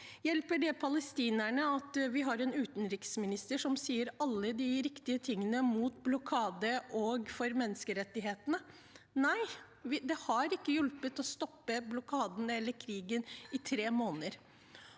Hjelper det palestinerne at vi har en utenriksminister som sier alle de riktige tingene – mot blokade og for menneskerettighetene? Nei, det har ikke hjulpet til å stoppe bloka den eller krigen i tre måneder.